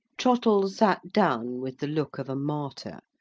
trottle sat down with the look of a martyr,